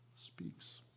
speaks